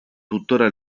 tuttora